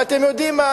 ואתם יודעים מה,